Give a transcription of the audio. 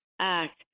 act